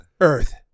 Earth